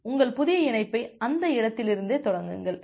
உங்கள் புதிய இணைப்பை அந்த இடத்திலிருந்தே தொடங்குகிறீர்கள்